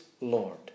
Lord